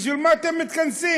בשביל מה אתם מתכנסים?